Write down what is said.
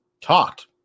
talked